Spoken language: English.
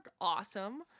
awesome